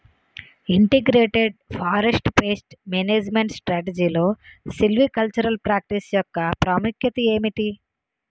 Integrated forest pest management స్ట్రాటజీలో silvicultural practice యెక్క ప్రాముఖ్యత ఏమిటి??